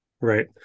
Right